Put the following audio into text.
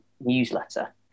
newsletter